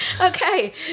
Okay